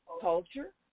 culture